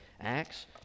Acts